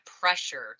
pressure